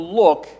look